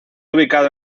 ubicado